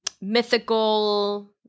mythical